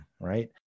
Right